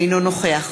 אינו נוכח